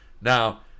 Now